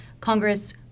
Congress